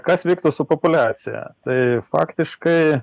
kas vyktų su populiacija tai faktiškai